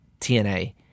TNA